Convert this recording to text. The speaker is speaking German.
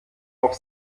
auch